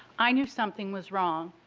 i knew something was wrong,